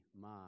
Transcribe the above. ma